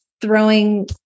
throwing